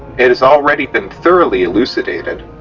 it has already been thoroughly elucidated,